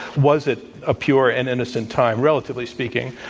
was it a pure and innocent time, relatively speaking?